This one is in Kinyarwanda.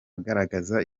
agaragaza